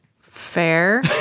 Fair